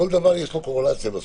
לכל דבר יש קורלציה בסוף.